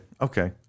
Okay